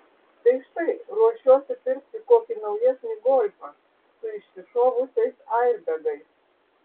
tai štai ruošiuosi pirkti kokį naujesnį golfą su iššovusiais airbegais